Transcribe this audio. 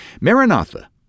Maranatha